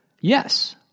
Yes